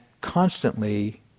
constantly